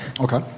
Okay